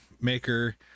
Maker